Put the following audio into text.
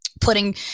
putting